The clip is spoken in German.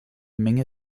menge